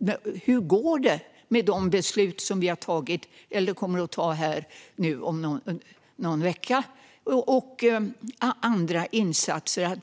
om hur det går med de beslut som vi har tagit eller kommer att ta här om någon vecka och om andra insatser.